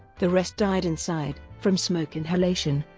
the rest died inside, from smoke inhalation,